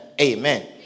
Amen